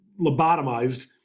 lobotomized